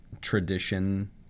tradition